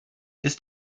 ist